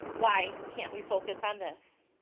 why can't we focus on this?